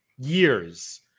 years